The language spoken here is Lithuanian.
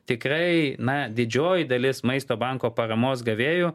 tikrai na didžioji dalis maisto banko paramos gavėjų